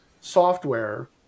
software